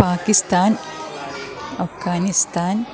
പാക്കിസ്ഥാന് അഫ്ഗാനിസ്ഥാന്